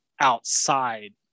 outside